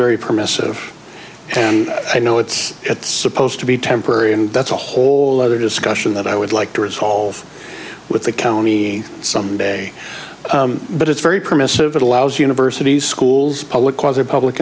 very permissive and i know it's at supposed to be temporary and that's a whole other discussion that i would like to resolve with the county someday but it's very permissive it allows universities schools public